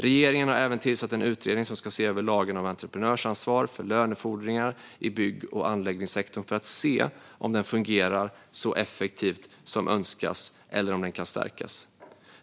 Regeringen har även tillsatt en utredning som ska se över lagen om entreprenörsansvar för lönefordringar i bygg och anläggningssektorn för att se om den fungerar så effektivt som önskas eller om den kan stärkas.